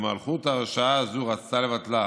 ומלכות הרשעה הזאת רצתה לבטלה,